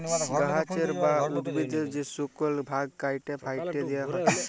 গাহাচের বা উদ্ভিদের যে শুকল ভাগ ক্যাইটে ফ্যাইটে দিঁয়া হ্যয়